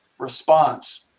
response